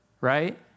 right